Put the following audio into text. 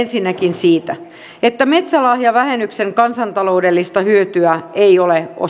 siitä että metsälahjavähennyksen kansantaloudellista hyötyä ei ole osoitettu tai se on todettu vähintäänkin